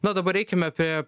na o dabar eikime prie